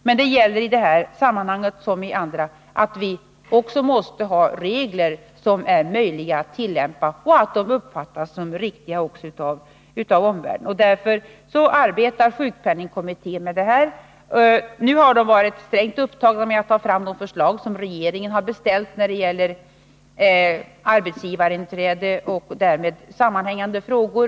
Men det gäller i det här sammanhanget som i många andra att vi måste ha regler som är möjliga att tillämpa och som uppfattas såsom riktiga även av omvärlden. Därför arbetar sjukpenningkommittén med det här. Nu har kommitténs ledamöter varit strängt upptagna med att ta fram de förslag som regeringen beställt när det gäller arbetsgivarinträde och därmed sammanhängande frågor.